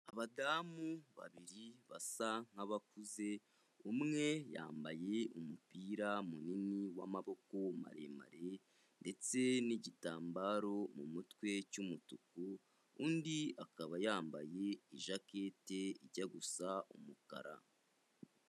Abadamu babiri basa nk'abakuze, umwe yambaye umupira munini w'amaboko maremare ndetse n'igitambaro mu mutwe cy'umutuku, undi akaba yambaye ijakete ijya gusa umukara.